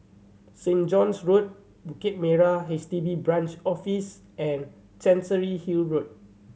Saint John's Road Bukit Merah H D B Branch Office and Chancery Hill Road